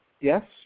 Yes